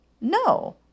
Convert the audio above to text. No